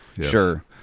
Sure